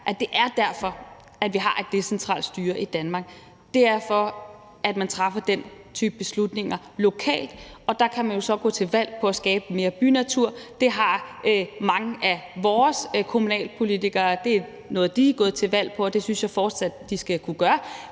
at det er derfor, vi har et decentralt styre i Danmark – for at man træffer den type beslutninger lokalt, og der kan man jo så gå til valg på at skabe mere bynatur. Det er noget, mange af vores kommunalpolitikere er gået til valg på, og det synes jeg fortsat de skal kunne gøre,